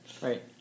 Right